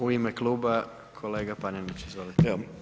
U ime kluba kolega Panenić, izvolite.